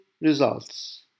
results